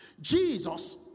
Jesus